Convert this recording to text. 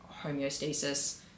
homeostasis